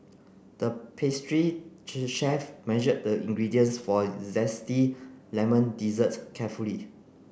the pastry chef measured the ingredients for zesty lemon dessert carefully